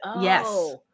yes